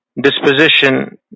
disposition